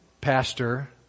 pastor